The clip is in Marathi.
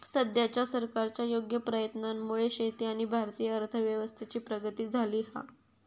सद्याच्या सरकारच्या योग्य प्रयत्नांमुळे शेती आणि भारतीय अर्थव्यवस्थेची प्रगती झाली हा